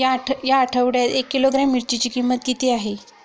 या आठवड्यात एक किलोग्रॅम मिरचीची किंमत किती आहे?